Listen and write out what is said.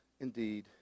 indeed